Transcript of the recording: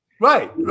Right